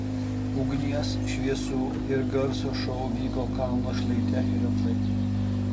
ugnies šviesų ir garso šou vyko kalno šlaite ir ant laiptų